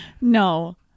No